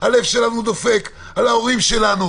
הלב שלנו דופק על ההורים שלנו,